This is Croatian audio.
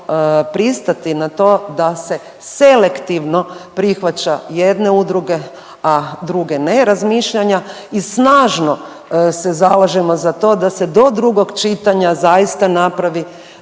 pristati na to da se selektivno prihvaća jedne udruge, a druge ne, razmišljanja i snažno se zalažemo za to da se do drugog čitanja zaista napravi